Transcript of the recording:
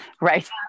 right